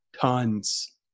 Tons